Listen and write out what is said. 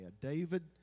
David